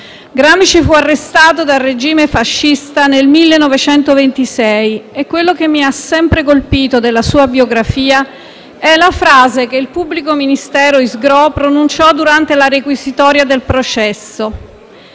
Gramsci fu arrestato dal regime fascista nel 1926. Quello che mi ha sempre colpito della sua biografia è la frase che il pubblico ministero Isgrò pronunciò durante la requisitoria del processo: